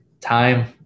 time